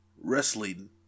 wrestling